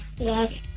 Yes